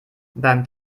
beim